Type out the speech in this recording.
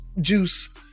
juice